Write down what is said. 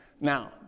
now